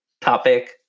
topic